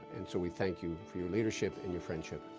and so we thank you for your leadership and your friendship,